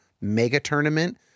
mega-tournament